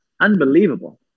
unbelievable